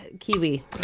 Kiwi